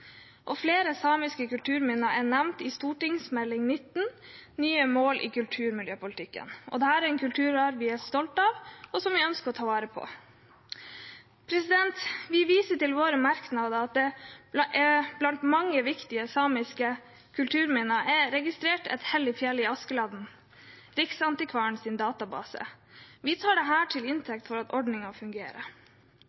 og flere samiske kulturminner er nevnt i Meld. St. 16 for 2019–2020, Nye mål i kulturmiljøpolitikken. Dette er en kulturarv vi er stolte av, og som vi ønsker å ta vare på. Vi viser i våre merknader til at det blant mange viktige samiske kulturminner er registrert et hellig fjell i Askeladden, Riksantikvarens database. Vi tar dette til